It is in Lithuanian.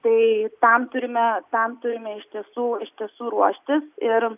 tai tam turime tam turime iš tiesų iš tiesų ruoštis ir